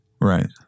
Right